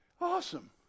Awesome